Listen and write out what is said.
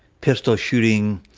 pistol-shooting,